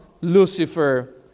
Lucifer